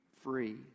free